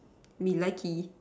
me likely